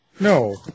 No